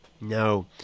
No